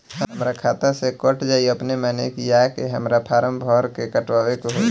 हमरा खाता से कट जायी अपने माने की आके हमरा फारम भर के कटवाए के होई?